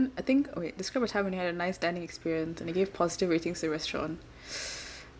I think okay describe a time when you had a nice dining experience and you gave positive ratings to a restaurant